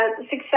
success